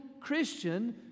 Christian